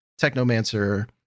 Technomancer